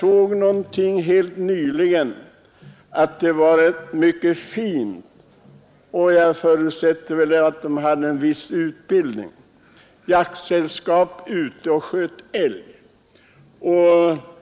Jag såg helt nyligen i en tidning att ett mycket fint jaktsällskap, vars medlemmar jag förutsätter hade en viss utbildning, var ute och sköt älg.